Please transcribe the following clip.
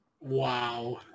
Wow